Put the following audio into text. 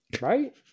right